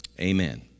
Amen